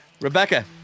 Rebecca